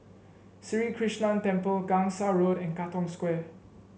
Sri Krishnan Temple Gangsa Road and Katong Square